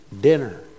dinner